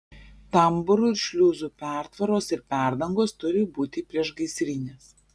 tambūrų ir šliuzų pertvaros ir perdangos turi būti priešgaisrinės